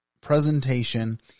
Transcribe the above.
presentation